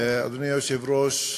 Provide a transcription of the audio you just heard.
אדוני היושב-ראש,